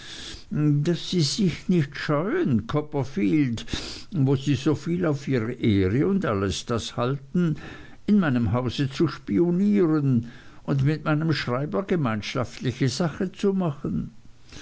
daß sie sich nicht scheuen copperfield wo sie soviel auf ihre ehre und alles das halten in meinem haus zu spionieren und mit meinem schreiber gemeinschaftliche sache machen